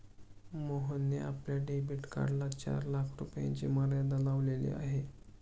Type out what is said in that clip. मोहनने आपल्या डेबिट कार्डला चार लाख रुपयांची मर्यादा लावलेली आहे